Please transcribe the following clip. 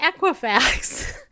Equifax